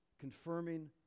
confirming